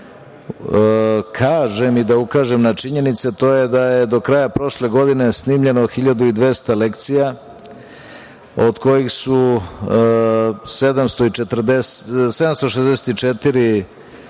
Markoviću i da ukažem na činjenice, to je da je do kraja prošle godine snimljeno 1200 lekcija, od kojih su 764 praktično